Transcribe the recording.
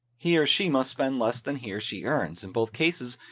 he or she must spend less than he or she earns. in both cases,